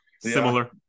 Similar